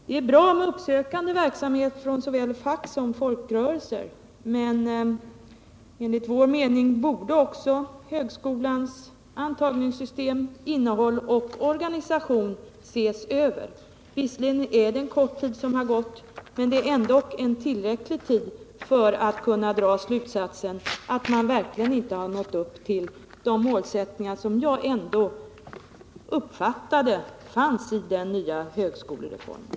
Det är bra med uppsökande verksamhet inom såväl fackföreningsrörelsen som folkrörelserna. Men enligt vår mening borde också högskolans antagningssystem, innehåll och organisation ses över. Visserligen är det bara en kort tid som gått, men det är ändå en tillräcklig tid för att vi skall kunna dra slutsatsen att man verkligen inte nått upp till de mål som i varje fall enligt min mening uppställdes för högskolereformen.